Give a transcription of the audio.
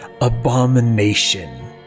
abomination